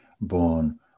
born